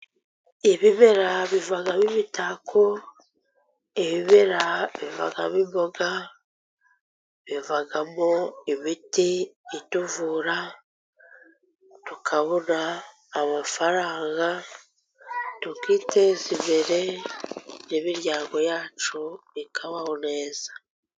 Ibimera bivamo imitako, ibimera bivamo imboga, bivamo imiti ituvura. Tukabona amafaranga, tukiteza imbere, n’imiryango yacu ikabaho neza.